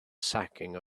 sacking